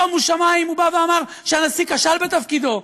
שומו שמיים, הוא בא ואמר שהנשיא כשל בתפקידו.